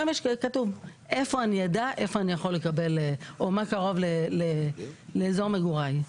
שם כתוב מה קרוב לאזור מגוריי.